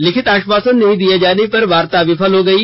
लिखित आश्वासन नहीं दिये जाने पर वार्ता विफल हो गयी